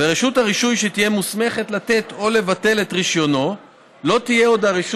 ורשות הרישוי שתהיה מוסמכת לתת או לבטל את רישיונו לא תהיה עוד הרשות